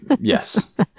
yes